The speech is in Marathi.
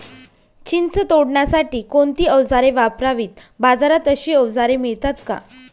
चिंच तोडण्यासाठी कोणती औजारे वापरावीत? बाजारात अशी औजारे मिळतात का?